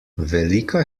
velika